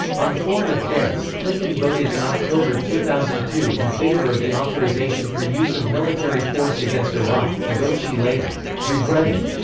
on foreign affairs, clinton voted in october two thousand and two in favor of the authorization for use of military force against iraq, a vote she later regretted.